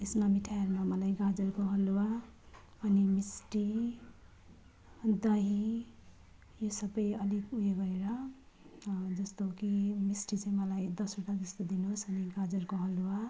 यसमा मिठाईहरू र मलाई गाजरको हलुवा अनि मिस्टी दही यो सबै अलिक उयो गरेर जस्तो कि मिस्टी चाहिँ मलाई दसवटा जस्तो दिनुहोस् अनि गाजरको हलुवा